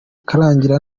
ukarangira